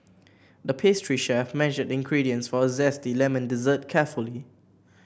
the pastry chef measured the ingredients for a zesty lemon dessert carefully